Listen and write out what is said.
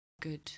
good